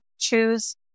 choose